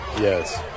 Yes